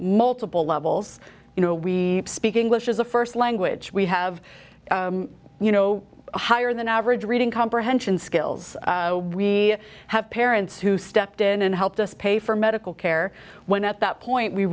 multiple levels you know we speak english as a first language we have you know higher than average reading comprehension skills we have parents who stepped in and helped us pay for medical care when at that point we